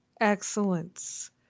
excellence